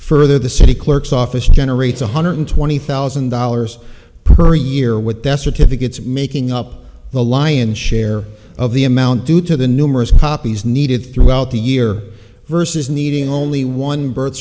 further the city clerk's office generates one hundred twenty thousand dollars per year with death certificates making up the lion's share of the amount due to the numerous copies needed throughout the year versus needing only one birth